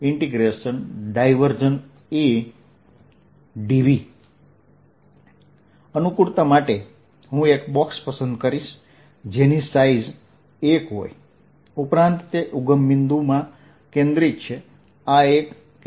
AdV અનુકૂળતા માટે હું એક બોક્સ પસંદ કરીશ જેની સાઇઝ 1 હોય ઉપરાંત તે ઉગમ બિંદુ માં કેન્દ્રિત છે આ એક કેન્દ્ર છે